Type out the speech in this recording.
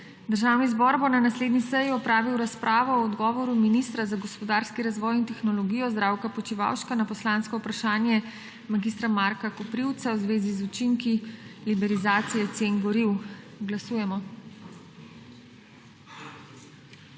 Državni zbor bo na naslednji seji opravil razpravo o odgovoru ministra za gospodarski razvoj in tehnologijo Zdravka Počivalška na poslansko vprašanje mag. Marka Koprivca v zvezi z učinki liberalizacije cen goriv. Glasujemo.